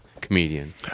comedian